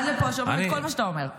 עד לפה שומעים את כל מה שאתה אומר.